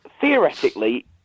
theoretically